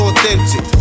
Authentic